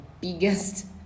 biggest